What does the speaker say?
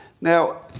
Now